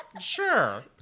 Sure